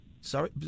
Sorry